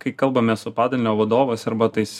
kai kalbame su padalinio vadovais arba tais